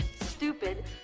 stupid